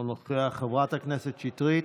אינו נוכח, חברת הכנסת שטרית,